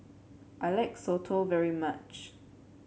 I like Soto very much